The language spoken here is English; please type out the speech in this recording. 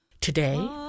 Today